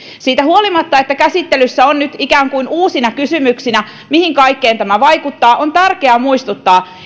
siitä huolimatta että käsittelyssä on nyt ikään kuin uusina kysymyksinä mihin kaikkeen tämä vaikuttaa on tärkeä muistuttaa